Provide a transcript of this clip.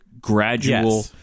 gradual